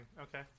Okay